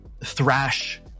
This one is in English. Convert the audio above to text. thrash